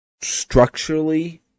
structurally